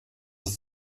des